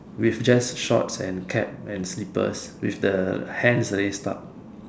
with just shorts and cap and slippers with the hand on his park